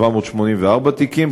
784 תיקים,